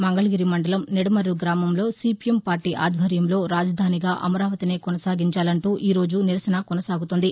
మంగళగిరి మండలం నిడమురు గ్రామంలో CPM party ఆధ్వర్యంలో రాజధానిగా అమరావతినే కొనసాగించాలంటూ ఈ రోజు నిరసన కొనసాగుతోంది